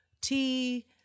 tea